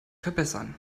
verbessern